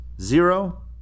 Zero